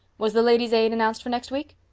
was the ladies' aid announced for next week?